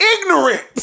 ignorant